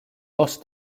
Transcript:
lost